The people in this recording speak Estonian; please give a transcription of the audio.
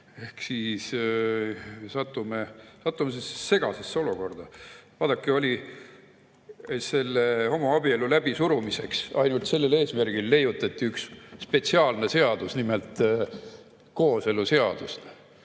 Ehk siis satume segasesse olukorda. Vaadake, homoabielu läbisurumiseks, ainult sellel eesmärgil leiutati üks spetsiaalne seadus, nimelt kooseluseadus.